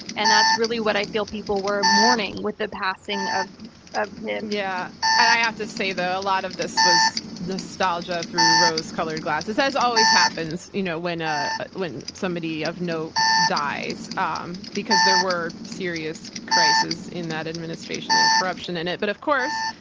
and that's really what i feel people were mourning with the passing of ah him. yeah, and i have to say, though, a lot of this was nostalgia through rose-colored glasses, as always happens you know when ah when somebody of note dies, um because there were serious crises in that administration and corruption in it, but of course,